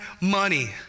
money